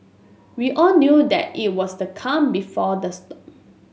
we all knew that it was the calm before the storm